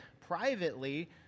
privately